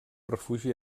refugi